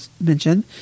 mentioned